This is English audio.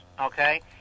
okay